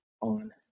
on